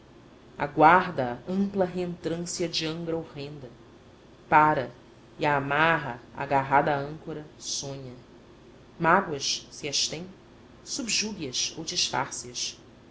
aguarda a ampla reentrância de angra horrenda pára e a amarra agarrada à âncora sonha mágoas se as tem subjugue as ou disfarce as